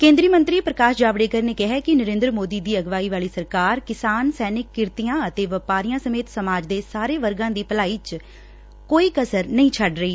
ਕੇਂਦਰੀ ਮੰਤਰੀ ਪ੍ਰਕਾਸ਼ ਜਾਵੜੇਕਰ ਨੇ ਕਿਹੈ ਕਿ ਨਰੇਂਦਰ ਮੋਦੀ ਦੀ ਅਗਵਾਈ ਵਾਲੀ ਸਰਕਾਰ ਕਿਸਾਨ ਸੈਨਿਕ ਕਿਰਤੀਆਂ ਅਤੇ ਵਪਾਰੀਆਂ ਸਮੇਤ ਸਮਾਜ ਦੇ ਸਾਰੇ ਵਰਗਾਂ ਦੀ ਭਲਾਈ ਚ ਕੋਈ ਕਸਰ ਨਹੀ ਛੱਡ ਰਹੀ